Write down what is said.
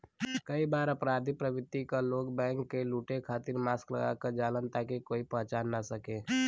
कई बार अपराधी प्रवृत्ति क लोग बैंक क लुटे खातिर मास्क लगा क जालन ताकि कोई पहचान न सके